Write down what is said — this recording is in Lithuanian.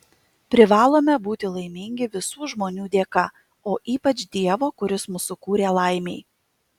privalome būti laimingi visų žmonių dėka o ypač dievo kuris mus sukūrė laimei